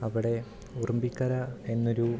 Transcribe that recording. അവിടെ ഉറുമ്പിക്കര എന്നൊരു